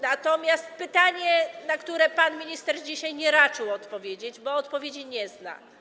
Natomiast jest pytanie, na które pan minister dzisiaj nie raczył odpowiedzieć, bo odpowiedzi nie zna.